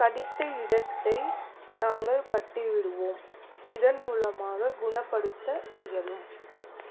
கடித்த இடத்தை நாங்கள் கட்டி விடுவோம் இதன் மூலமாக குணப்படுத்த இயலும்